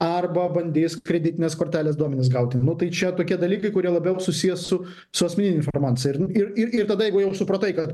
arba bandys kreditinės kortelės duomenis gauti nu tai čia tokie dalykai kurie labiau susiję su su asmenine informacija ir ir ir ir tada jeigu jau supratai kad